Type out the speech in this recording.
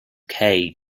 kei